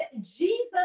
Jesus